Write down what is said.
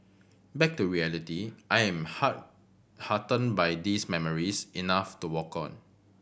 back to reality I am heart heartened by these memories enough to walk on